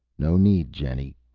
no need, jenny,